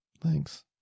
Thanks